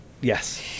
Yes